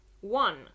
one